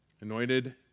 anointed